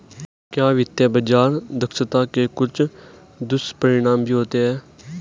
क्या वित्तीय बाजार दक्षता के कुछ दुष्परिणाम भी होते हैं?